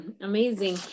amazing